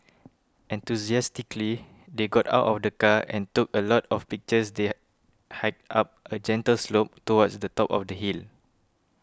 enthusiastically they got out of the car and took a lot of pictures they hiked up a gentle slope towards the top of the hill